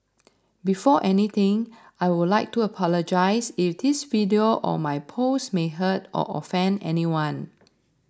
before anything I would like to apologise if this video or my post may hurt or offend anyone